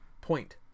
point